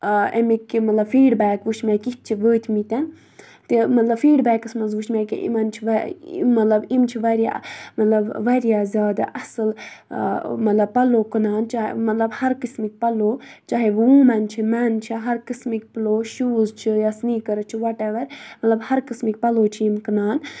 اَمیِکۍ کہِ مطلب فیٖڈبیک وٕچھۍ مےٚ کِتھ چھِ وٲتۍمٕتٮ۪ن تہِ مطلب فیٖڈبیکَس منٛز وِچھ مےٚ کہِ یِمَن چھُ یہِ مطلب یِم چھِ واریاہ مطلب واریاہ زیادٕ اَصٕل مطلب پَلو کٕنان چاہے مطلب ہر قٕسمٕکۍ پَلو چاہے ووٗمٮ۪ن چھِ مٮ۪ن چھِ ہر قٕسمٕکۍ پَلو شوٗز چھِ یا سٕنیٖکٲرٕز چھِ وَٹ اٮ۪وَر مطلب ہر قٕسمٕکۍ پَلو چھِ یِم کٕنان